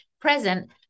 present